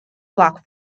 block